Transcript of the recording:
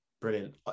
Brilliant